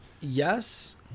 yes